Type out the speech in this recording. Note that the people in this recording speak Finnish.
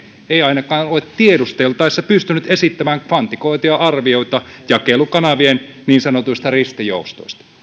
ei ainakaan ole tiedusteltaessa pystynyt esittämään kvantifioituja arvioita jakelukanavien niin sanotuista ristijoustoista